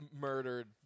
murdered